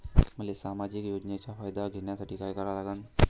मले सामाजिक योजनेचा फायदा घ्यासाठी काय करा लागन?